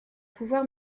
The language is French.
pouvoir